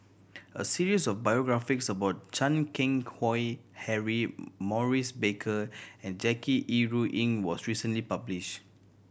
a series of biographies about Chan Keng Howe Harry Maurice Baker and Jackie Yi Ru Ying was recently published